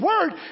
word